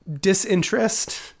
disinterest